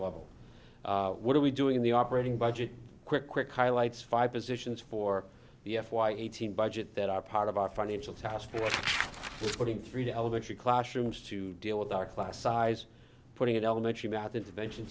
level what are we doing in the operating budget quick quick highlights five positions for the f y eighteen budget that are part of our financial task of putting three to elementary classrooms to deal with our class size putting an elementary m